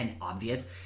obvious